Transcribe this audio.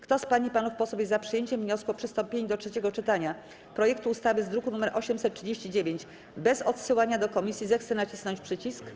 Kto z pań i panów posłów jest za przyjęciem wniosku o przystąpienie do trzeciego czytania projektu ustawy z druku nr 839 bez odsyłania do komisji, zechce nacisnąć przycisk.